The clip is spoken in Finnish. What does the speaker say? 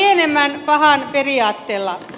eli pienemmän pahan periaatteella